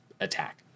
attack